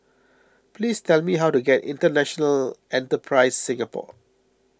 please tell me how to get International Enterprise Singapore